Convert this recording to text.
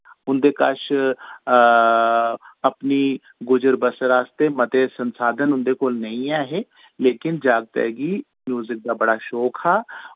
उंदे कच्छ अपनी गुजर बसर आस्तै मते संसाधन उंदे कोल नेईं ऐ हे लेकिन जाकते गी म्यूजिक दा बड़ा शौक हा